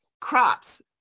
crops